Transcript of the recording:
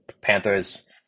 Panthers